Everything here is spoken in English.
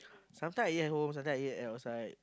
sometime I eat at home sometime I eat at outside